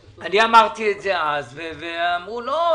אמרתי את זה אז ואמרו: לא,